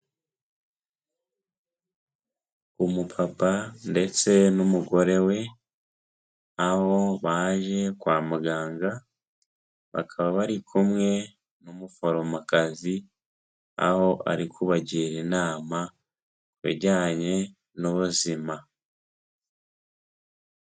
Umupapa ndetse n'umugore we, aho baje kwa muganga bakaba bari kumwe n'umuforomokazi aho ari kubagira inama kubijyanye n'ubuzima.